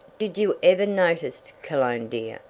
did you ever notice, cologne dear,